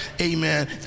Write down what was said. amen